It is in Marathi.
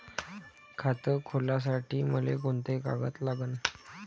खात खोलासाठी मले कोंते कागद लागन?